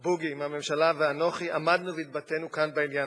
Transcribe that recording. בוגי מהממשלה ואנוכי עמדנו והתבטאנו כאן בעניין הזה.